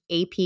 AP